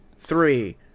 three